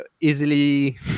easily